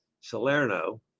Salerno